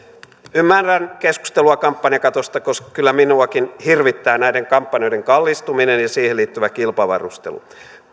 ymmärrän keskustelua kampanjakatosta koska kyllä minuakin hirvittää näiden kampanjoiden kallistuminen ja siihen liittyvä kilpavarustelu